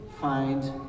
find